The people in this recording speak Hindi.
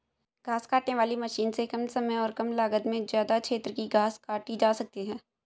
घास काटने वाली मशीन से कम समय और कम लागत में ज्यदा क्षेत्र की घास काटी जा सकती है